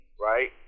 right